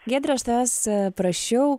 giedre aš tavęs prašiau